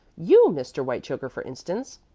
you, mr. whitechoker, for instance,